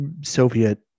soviet